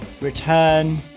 return